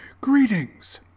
Greetings